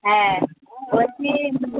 হ্যাঁ বলছি